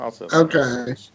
Okay